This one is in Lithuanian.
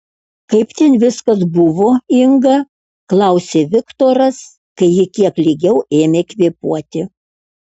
kaip ten viskas buvo inga klausė viktoras kai ji kiek lygiau ėmė kvėpuoti